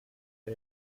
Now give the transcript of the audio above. you